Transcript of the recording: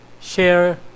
share